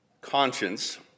conscience